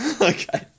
Okay